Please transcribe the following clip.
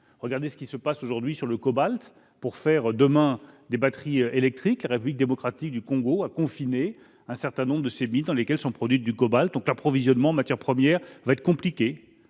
Regardez ce qui se passe aujourd'hui avec le cobalt, qui permet de fabriquer des batteries électriques ! La République démocratique du Congo a confiné un certain nombre de ses mines dans lesquelles est extrait le cobalt. Ainsi l'approvisionnement en matières premières va-t-il s'avérer compliqué.